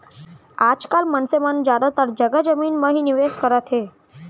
आज काल मनसे मन जादातर जघा जमीन म ही निवेस करत हे